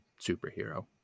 superhero